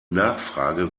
nachfrage